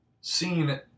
seen